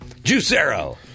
Juicero